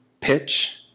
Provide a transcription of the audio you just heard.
pitch